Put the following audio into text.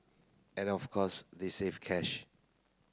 and of course they save cash